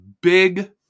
big